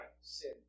sin